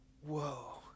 whoa